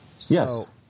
Yes